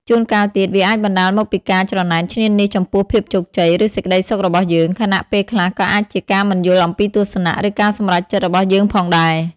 ជួនកាលទៀត វាអាចបណ្តាលមកពីការច្រណែនឈ្នានីសចំពោះភាពជោគជ័យ ឬសេចក្តីសុខរបស់យើង ខណៈពេលខ្លះក៏អាចជាការមិនយល់អំពីទស្សនៈ ឬការសម្រេចចិត្តរបស់យើងផងដែរ។